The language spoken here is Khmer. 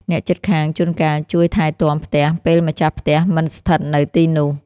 អ្នកជិតខាងជួនកាលជួយថែទាំផ្ទះពេលម្ចាស់ផ្ទះមិនស្ថិតនៅទីនោះ។